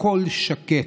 הכול שקט.